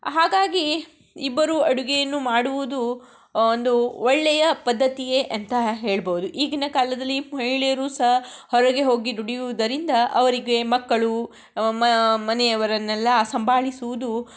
ಹಾಗಾಗಿ ಇಬ್ಬರೂ ಅಡುಗೆಯನ್ನು ಮಾಡುವುದು ಒಂದು ಒಳ್ಳೆಯ ಪದ್ಧತಿಯೇ ಅಂತ ಹೇಳ್ಬೋದು ಈಗಿನ ಕಾಲದಲ್ಲಿ ಮಹಿಳೆಯರು ಸಹ ಹೊರಗೆ ಹೋಗಿ ದುಡಿಯುವುದರಿಂದ ಅವರಿಗೆ ಮಕ್ಕಳು ಮನೆಯವರನ್ನೆಲ್ಲಾ ಸಂಭಾಳಿಸುವುದು